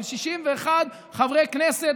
של 61 חברי כנסת.